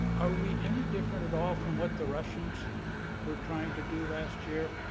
are we any different at all from what the russians were trying to do last year?